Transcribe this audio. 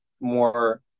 more